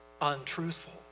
untruthful